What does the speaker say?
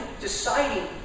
deciding